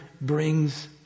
brings